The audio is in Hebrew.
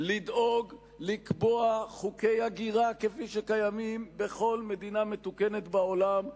לדאוג לקבוע חוקי הגירה כפי שקיימים בכל מדינה מתוקנת בעולם,